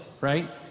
Right